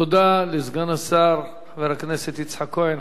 תודה לסגן השר חבר הכנסת יצחק כהן.